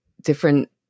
different